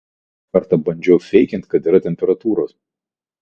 kartą bandžiau feikint kad yra temperatūros